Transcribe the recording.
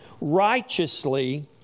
righteously